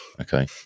Okay